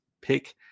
pick